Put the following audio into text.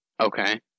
Okay